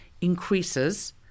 increases